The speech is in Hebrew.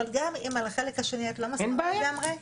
אבל גם אם על החלק השני את לא מסכימה לגמרי,